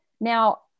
Now